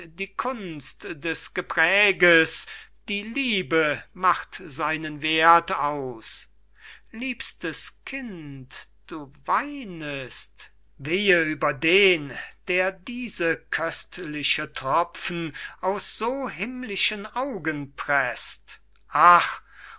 die kunst des gepräges die liebe macht seinen werth aus liebstes kind du weinest wehe über den der diese köstliche tropfen aus so himmlischen augen preßt ach